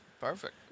Perfect